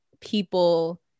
people